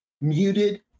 muted